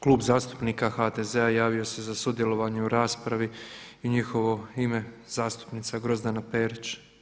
Klub zastupnika HDZ-a javio se za sudjelovanje u raspravi i u njihovo ime zastupnica Grozdana Perić.